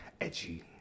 edgy